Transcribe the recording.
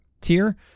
tier